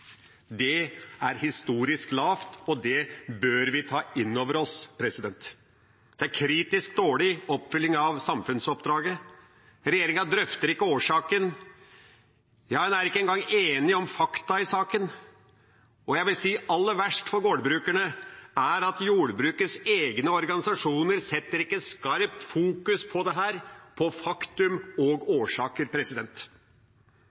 Det er historisk lavt, og det bør vi ta inn over oss. Det er kritisk dårlig oppfylling av samfunnsoppdraget. Regjeringa drøfter ikke årsaken – ja, en er ikke engang enig om fakta i saken. Jeg vil si at aller verst for gårdbrukerne er det at jordbrukets egne organisasjoner ikke setter skarpt fokus på dette, på fakta og